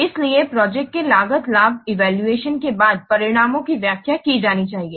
इसलिए प्रोजेक्ट के लागत लाभ इवैल्यूएशन के बाद परिणामों की व्याख्या की जानी चाहिए